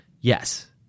Yes